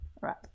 right